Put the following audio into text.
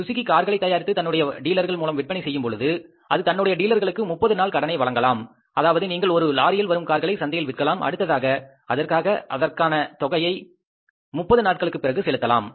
Suzuki கார்களை தயாரித்து தன்னுடைய டீலர்கள் மூலம் விற்பனை செய்யும் பொழுது அது தன்னுடைய டீலர்களுக்கு 30 நாள் கடனை வழங்கலாம் அதாவது நீங்கள் ஒரு லாரியில் வரும் கார்களை சந்தையில் விற்கலாம் அடுத்ததாக அதற்கான தொகையை 30 நாட்களுக்கு பிறகு செலுத்தலாம்